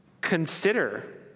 Consider